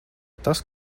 tas